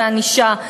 וענישה.